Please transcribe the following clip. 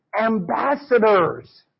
Ambassadors